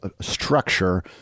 structure